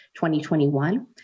2021